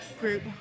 group